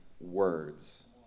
words